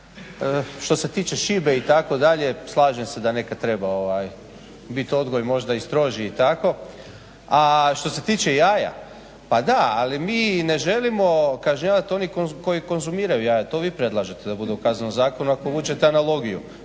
Što se tiče šibe itd. slažem se da neka treba biti odgoj možda i strožiji i tako, a što se tiče jaja, pa da ali mi ne želimo kažnjavati one koji konzumiraju jaja. To vi predlažete da bude u Kaznenom zakonu ako vučete analogiju.